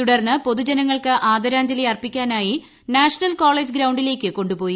തുടർന്ന് പൊതു ജനങ്ങൾക്ക് ആദരാജ്ഞലി അർപ്പിക്കാനായി നാഷണൽ കോളേജ് ഗ്രൌണ്ടിലേക്ക് കൊണ്ടുപോയി